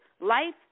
life